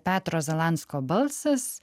petro zalansko balsas